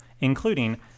including